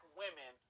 women